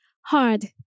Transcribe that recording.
hard